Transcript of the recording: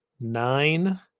nine